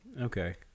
Okay